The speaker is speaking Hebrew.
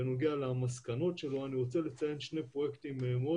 בנוגע למסקנות שלו אני רוצה לציין שני פרויקטים מאוד